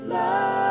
Love